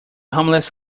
homeless